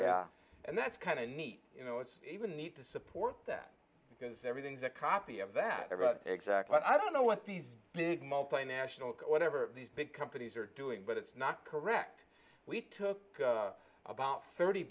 innovators and that's kind of neat you know it's even need to support that because everything's a copy of that exactly i don't know what these big multinational corps never these big companies are doing but it's not correct we took about thirty